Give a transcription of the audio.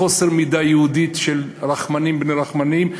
חוסר מידה יהודית של רחמנים בני רחמנים,